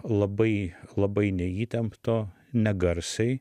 labai labai neįtempto negarsiai